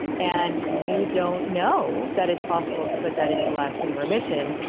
and you don't know that it's possible to put that into lasting remission,